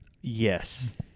yes